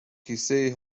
کیسهای